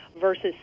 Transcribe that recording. versus